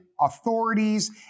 authorities